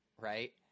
right